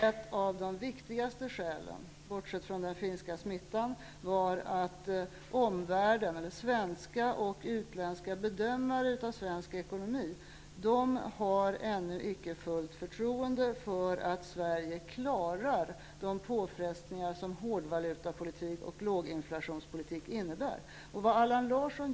Ett av de viktigaste skälen, bortsett från den finska smittan, var att svenska och utländska bedömare av svensk ekonomi ännu inte har fullt förtroende för att Sverige klarar de påfrestningar som hårdvalutapolitik och låginflationspolitik innebär.